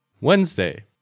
Wednesday